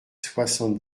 soixante